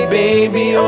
baby